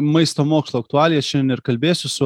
maisto mokslo aktualijas šiandien ir kalbėsiu su